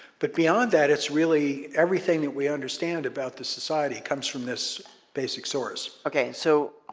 but beyond that is really everything that we understand about the society comes from this basic source. okay so,